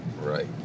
Right